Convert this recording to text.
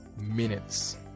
minutes